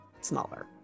smaller